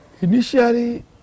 initially